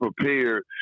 prepared